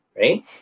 right